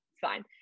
Fine